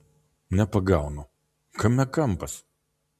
nepagaunu kame kampas